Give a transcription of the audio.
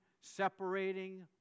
separating